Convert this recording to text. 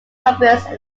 convinced